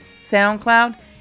SoundCloud